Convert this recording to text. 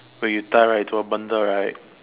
where you tie right to a bundle right